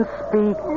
speak